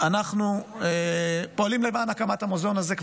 אנחנו פועלים למען הקמת המוזיאון הזה.